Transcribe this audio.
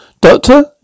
Doctor